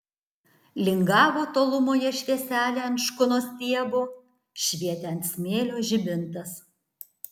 lingavo tolumoje švieselė ant škunos stiebo švietė ant smėlio žibintas